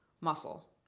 muscle